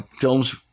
films